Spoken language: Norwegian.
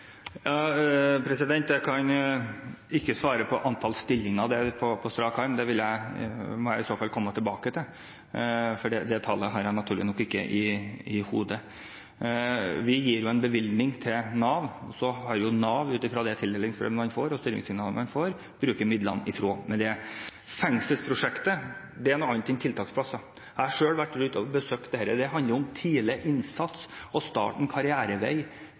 Jeg kan ikke tallfeste antall stillinger på strak arm. Det må jeg i så fall komme tilbake til. Det tallet har jeg naturlig nok ikke i hodet. Vi gir en bevilgning til Nav, så kan Nav, ut fra det tildelingsbrevet og de styringssignalene de får, bruke midlene i tråd med det. Fengselsprosjektet er noe annet enn tiltaksplasser. Jeg har selv vært rundt og besøkt dette. Det handler om tidlig innsats og starte en karrierevei